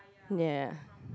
ya